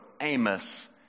Amos